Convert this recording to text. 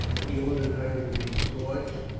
he ordered her to be scourged?